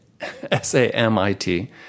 S-A-M-I-T